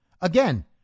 Again